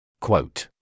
Quote